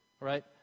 right